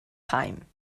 time